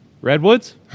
redwoods